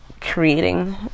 Creating